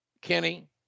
Kenny